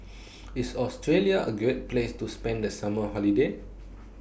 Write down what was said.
IS Australia A Great Place to spend The Summer Holiday